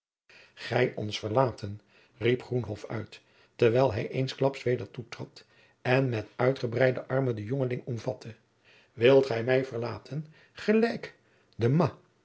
gij ons verlaten riep groenhof uit terwijl hij eensklaps weder toetrad en met uitgebreidde armen den jongeling omvatte wilt gij mij verlaten gelijk demas